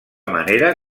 manera